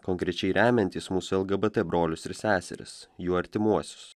konkrečiai remiantys mūsų lgbt brolius ir seseris jų artimuosius